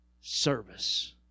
service